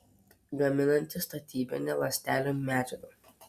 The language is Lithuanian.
gaminanti statybinę ląstelių medžiagą